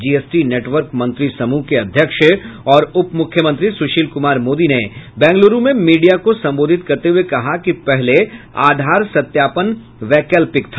GST network मंत्री समूह के अध्यक्ष और उप मुख्यमंत्री सुशील कुमार मोदी ने बंगलुरु में मीडिया को संबोधित करते हुए कहा कि पहले आधार सत्यापन वैकल्पिक था